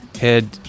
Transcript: head